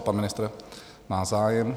Pan ministr má zájem.